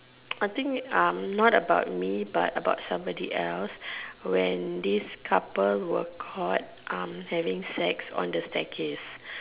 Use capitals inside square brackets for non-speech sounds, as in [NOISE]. [NOISE] I think um not about me but about somebody else when this couple were caught um having sex on the staircase